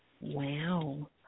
Wow